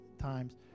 times